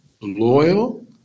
loyal